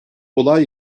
olay